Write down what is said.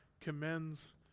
commends